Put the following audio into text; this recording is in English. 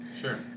Sure